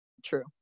true